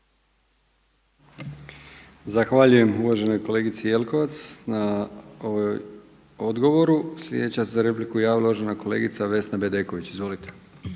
Zahvaljujem uvaženoj kolegici Jelkovac na odgovoru. Sljedeća se za repliku javila uvažena kolegica Vesna Bedeković. Izvolite.